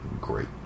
great